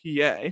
PA